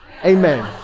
Amen